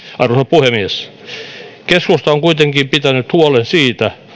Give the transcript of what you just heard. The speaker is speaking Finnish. tietä arvoisa puhemies keskusta on kuitenkin pitänyt huolen siitä